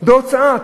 בהוצאה.